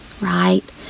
right